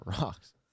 rocks